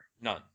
None